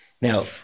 now